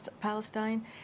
Palestine